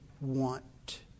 want